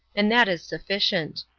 and that is sufficient.